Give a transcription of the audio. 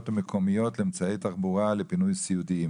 המקומיות לאמצעי תחבורה לפינוי סיעודיים.